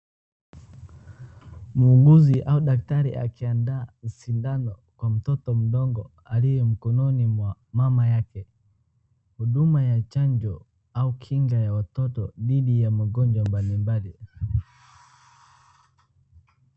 Muuguzi au daktari akiandaa sindano kwa mtoto mdogo aliye mkononi mwa mama yake, huduma ya chanjo au kinga ya watoto dhidi ya magonjwa mbalimbali.